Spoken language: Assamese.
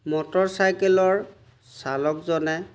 মটৰ চাইকেলৰ চালকজনে